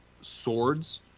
swords